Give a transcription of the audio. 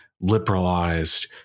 liberalized